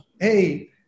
Hey